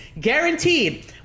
guaranteed